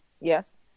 yes